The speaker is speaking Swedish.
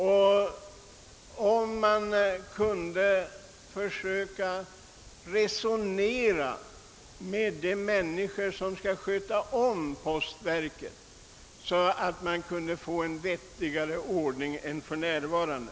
Vore det inte möjligt att resonera med dem som driver postverket, så att vi kunde få en bättre service än för närvarande?